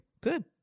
good